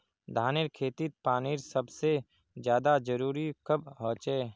धानेर खेतीत पानीर सबसे ज्यादा जरुरी कब होचे?